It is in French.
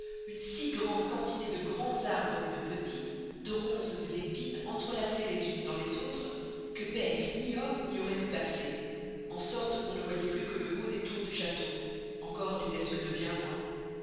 une si grande quantité de grands arbres et de petits de ronces et d'épines entrelassées les unes dans les autres que beste ny homme n'y auroit pû passer en sorte qu'on ne voyoit plus que le haut des tours du chasteau encore nestoit ce que de bien loin